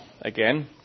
again